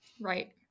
Right